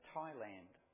Thailand